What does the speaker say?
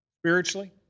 spiritually